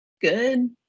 good